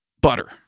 butter